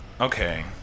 Okay